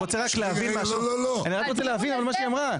אני רוצה להבין משהו ממה שהיא אמרה.